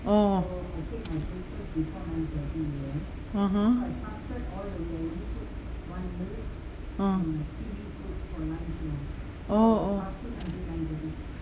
oh (uh huh) uh oh oh